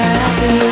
happy